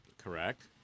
Correct